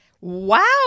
Wow